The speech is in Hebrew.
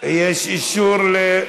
הם לא נמצאים.